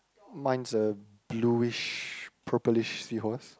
mine is a bluish purplish seahorse